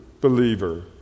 believer